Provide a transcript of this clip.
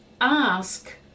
ask